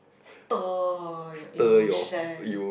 stir your emotion